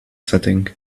setting